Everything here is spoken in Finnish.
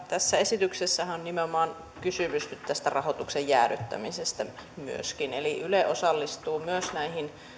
tässä esityksessähän on nimenomaan kysymys nyt myöskin tästä rahoituksen jäädyttämisestä eli yle osallistuu myös näihin